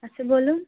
আচ্ছা বলুন